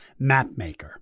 mapmaker